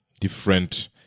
different